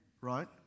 right